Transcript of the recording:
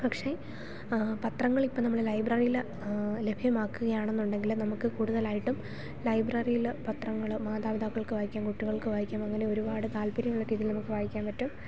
പക്ഷേ പത്രങ്ങൾ ഇപ്പം നമ്മൾ ലൈബ്രറിൽ ലഭ്യമാക്കുക ആണെന്ന് ഉണ്ടെങ്കിൽ നമുക്ക് കൂടുതലായിട്ടും ലൈബ്രറിയിൽ പത്രങ്ങൾ മാതാപിതാക്കൾക്ക് വായിക്കാം കുട്ടികൾക്ക് വായിക്കാം അങ്ങനെ ഒരുപാട് താല്പര്യം ഉള്ള രീതിയിൽ നമുക്ക് വായിക്കാൻ പറ്റും